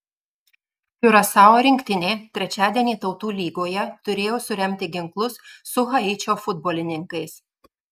kiurasao rinktinė trečiadienį tautų lygoje turėjo suremti ginklus su haičio futbolininkais